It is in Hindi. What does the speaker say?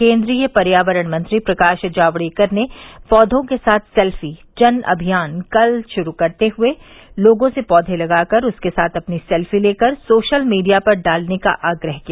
केन्द्रीय पर्यावरण मंत्री प्रकाश जावड़ेकर ने पौधों के साथ सेल्फी जन अमियान कल शुरू करते हुए लोगों से पौधे लगाकर और उसके साथ अपनी सेल्फी लेकर सोशल मीडिया पर डालने का आग्रह किया